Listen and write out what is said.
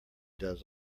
does